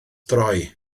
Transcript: droi